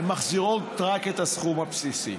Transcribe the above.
הן מחזירות רק את הסכום הבסיסי.